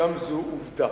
גם זו עובדה: